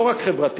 לא רק חברתית,